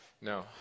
no